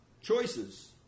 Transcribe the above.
choices